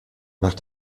nach